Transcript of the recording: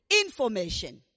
information